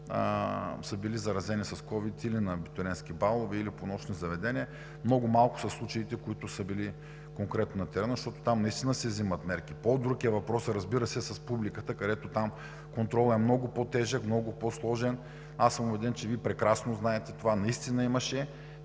са били заразени с COVID-19 или на абитуриентски балове, или по нощни заведения. Много малко са случаите, които са били конкретно на терена, защото там наистина се взимат мерки. По-друг е въпросът, разбира се, с публиката, където контролът е много по-тежък, много по-сложен. Аз съм убеден, че Вие прекрасно знаете това. Имаше